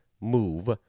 move